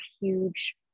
huge